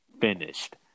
Finished